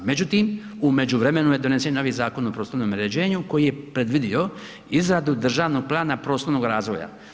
Međutim, u međuvremenu je donesen novi Zakon o prostornom uređenju koji je predvidio izradu državnog plana prostornog razvoja.